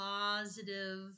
positive